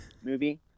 movie